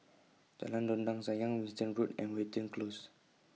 Jalan Dondang Sayang Winstedt Road and Watten Close